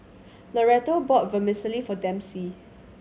Loretto bought Vermicelli for Dempsey